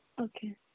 Okay